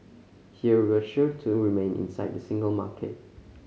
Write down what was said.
here we're sure to remain inside the single market